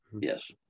yes